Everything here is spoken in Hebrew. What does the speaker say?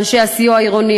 לאנשי הסיוע העירוני,